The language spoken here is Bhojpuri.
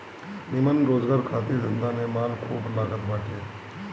निमन रोजगार खातिर धंधा में माल खूब लागत बाटे